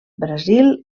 brasil